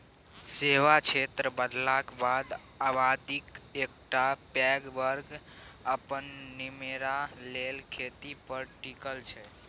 सेबा क्षेत्र बढ़लाक बादो आबादीक एकटा पैघ बर्ग अपन निमेरा लेल खेती पर टिकल छै